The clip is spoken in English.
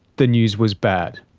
the news was bad.